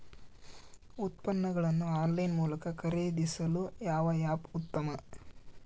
ಉತ್ಪನ್ನಗಳನ್ನು ಆನ್ಲೈನ್ ಮೂಲಕ ಖರೇದಿಸಲು ಯಾವ ಆ್ಯಪ್ ಉತ್ತಮ?